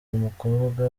umukobwa